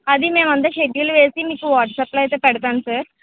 అది మేము అంతా షెడ్యూల్ వేసి మీకు వాట్సాప్లో అయితే పెడతాం సార్